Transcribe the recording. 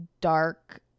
dark